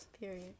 period